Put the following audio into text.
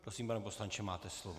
Prosím, pane poslanče, máte slovo.